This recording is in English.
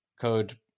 code